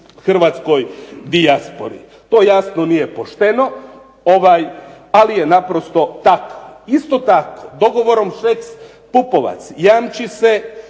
hrvatskoj dijaspori. To jasno nije pošteno, ali je naprosto tako. Isto tako dogovorom Šeks-Pupovac jamči se